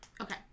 Okay